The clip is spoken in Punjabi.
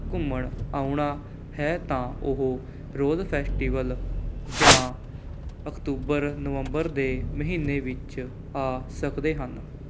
ਘੁੰਮਣ ਆਉਣਾ ਹੈ ਤਾਂ ਉਹ ਰੋਜ਼ ਫੈਸਟੀਵਲ ਜਾਂ ਅਕਤੂਬਰ ਨਵੰਬਰ ਦੇ ਮਹੀਨੇ ਵਿੱਚ ਆ ਸਕਦੇ ਹਨ